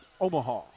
Omaha